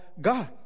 God